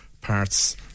parts